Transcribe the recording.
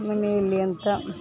ಮನೇಲಿ ಅಂತ